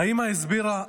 האימא הסבירה והתחננה,